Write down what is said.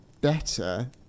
better